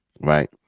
right